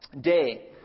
day